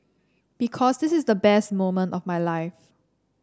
because this is the best moment of my life